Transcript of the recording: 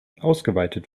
ausgeweitet